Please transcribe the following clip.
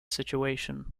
situation